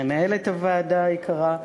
מנהלת הוועדה היקרה,